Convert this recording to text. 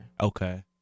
Okay